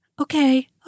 okay